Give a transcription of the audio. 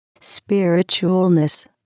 spiritualness